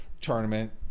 tournament